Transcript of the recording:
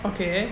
okay